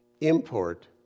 import